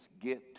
get